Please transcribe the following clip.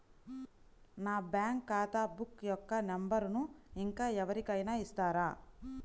నా బ్యాంక్ ఖాతా బుక్ యొక్క నంబరును ఇంకా ఎవరి కైనా ఇస్తారా?